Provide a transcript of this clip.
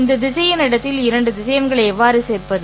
இந்த திசையன் இடத்தில் இரண்டு திசையன்களை எவ்வாறு சேர்ப்பது